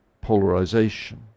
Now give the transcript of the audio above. polarization